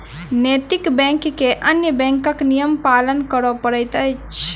नैतिक बैंक के अन्य बैंकक नियम पालन करय पड़ैत अछि